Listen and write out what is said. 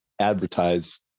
advertise